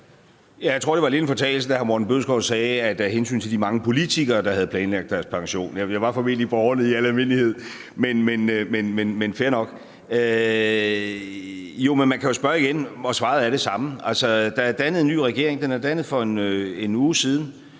Jeg tror, at det lidt var en fortalelse, da hr. Morten Bødskov sagde af hensyn til de mange politikere, der havde planlagt deres pension. Det var formentlig borgerne i al almindelighed, men fair nok. Man kan jo spørge igen, og svaret er det samme. Der er dannet en ny regering, den er dannet for en uge siden,